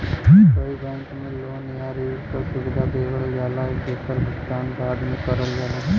कई बैंक में लोन या ऋण क सुविधा देवल जाला जेकर भुगतान बाद में करल जाला